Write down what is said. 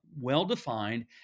well-defined